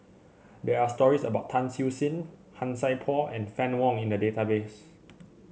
there are stories about Tan Siew Sin Han Sai Por and Fann Wong in the database